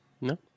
no